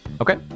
Okay